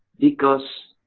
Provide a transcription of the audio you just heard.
because